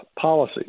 policy